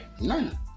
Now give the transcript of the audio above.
None